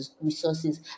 resources